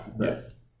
yes